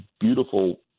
beautiful